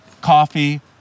Coffee